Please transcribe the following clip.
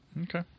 Okay